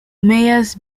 mayors